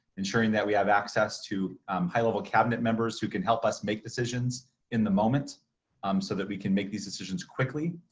ensuring that we have access to high level cabinet members who can help us make decisions in the moment um so that we can make these decisions quickly.